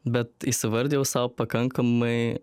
bet įsivardijau sau pakankamai